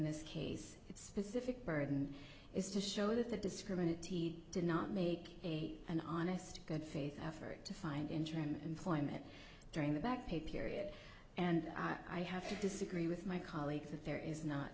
this case it's specific burden is to show that they discriminate he did not make an honest good faith effort to find interim employment during the back pay period and i have to disagree with my colleagues that there is not